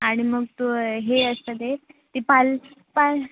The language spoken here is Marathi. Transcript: आणि मग तो हे असतं ते पाल पाल